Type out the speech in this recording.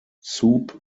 soup